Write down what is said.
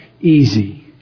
easy